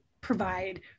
provide